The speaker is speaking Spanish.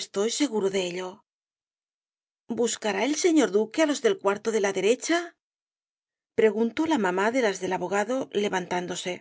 estoy seguro de ello buscará el señor duque á los del cuarto de la derecha preguntó la mamá de las del abogado levantándose